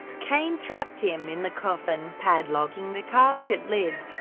kane trapped him in the coffin, padlocking the casket lid,